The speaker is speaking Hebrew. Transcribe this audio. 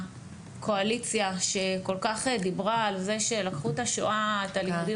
קואליציה שכל כך דיברה על זה שלקחו את הלימודים